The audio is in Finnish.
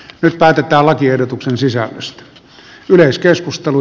nyt päätetään lakiehdotuksen sisällöstä